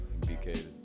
BK